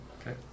Okay